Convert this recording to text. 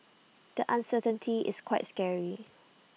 the uncertainty is quite scary